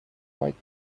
with